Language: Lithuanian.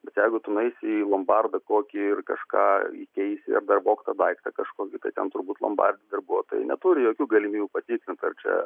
bet jeigu tu nueisi į lombardą kokį ir kažką įkeisi ar dar vogtą daiktą kažkokį kad ten turbūt lombardo darbuotojai neturi jokių galimybių patikrinti ar čia